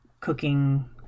cooking